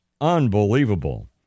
Unbelievable